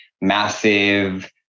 massive